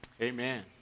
amen